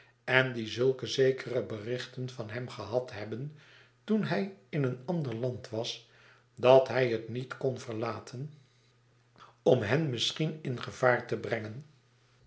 en die zulke zekere berichten van hem gehad hebben toen hij in een ander land was dat hij het niet kon verlaten om hen misschien in gevaar te brengen